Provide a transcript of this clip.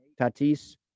Tatis